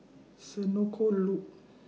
Senoko Loop